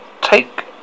take